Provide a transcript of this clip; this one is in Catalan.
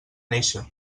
néixer